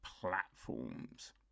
platforms